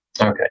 Okay